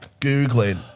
Googling